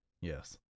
Yes